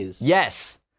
Yes